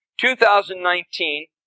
2019